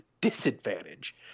disadvantage